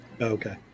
Okay